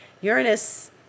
uranus